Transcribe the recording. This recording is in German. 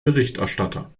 berichterstatter